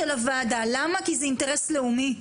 למה, כי זה אינטרס לאומי.